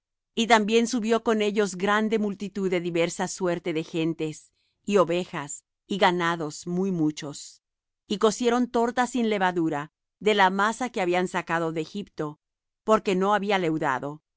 y también subió con ellos grande multitud de diversa suerte de gentes y ovejas y ganados muy muchos y cocieron tortas sin levadura de la masa que habían sacado de egipto porque no había leudado